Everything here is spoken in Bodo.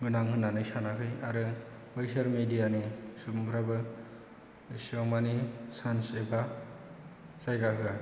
गोनां होननानै सानाखै आरो बैसोर मिडियानि सुबुंफोराबो इसेबां माने सान्स एबा जायगा होआ